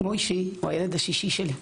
מויישי הוא הילד השישי שלי.